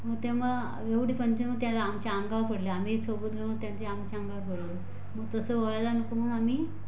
मग त्यामुळे एवढी पंचाईत होते आता आमच्या अंगावर पडलं आहे आम्ही सोबत होतो म्हणून त्यांनी आमच्या अंगावर पडलं मग तसं व्हायला नको म्हणून आम्ही